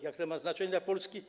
Jakie to ma znaczenie dla Polski?